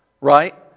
right